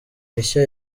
mishya